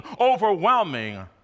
overwhelming